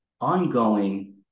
ongoing